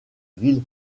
ville